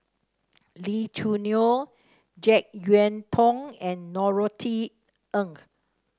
Lee Choo Neo JeK Yeun Thong and Norothy Ng